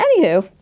Anywho